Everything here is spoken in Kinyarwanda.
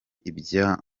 ibyo